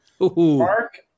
Mark